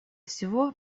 всего